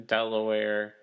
Delaware